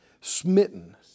Smitten